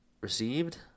received